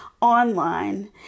online